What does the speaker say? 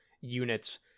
units